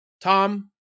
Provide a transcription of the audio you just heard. Tom